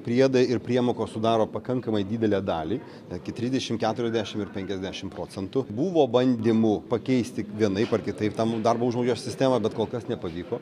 priedai ir priemokos sudaro pakankamai didelę dalį iki trisdešim keturiasdešim ir penkiasdešim procentų buvo bandymų pakeisti vienaip ar kitaip tam darbo užmokesčio sistemą bet kol kas nepavyko